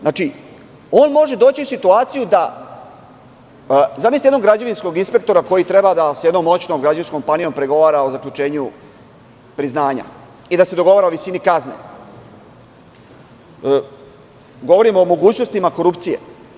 Znači, on može doći u situaciju da, zamislite jednog građevinskog inspektora koji treba da sa jednom moćnom građevinskom kompanijom pregovara o zaključenju priznanja i da se dogovara o visini kazne, govorimo o mogućnostima korupcije.